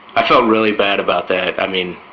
i felt really bad about that, i mean,